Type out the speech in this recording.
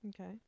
Okay